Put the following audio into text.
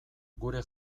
gure